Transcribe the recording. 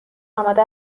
آماده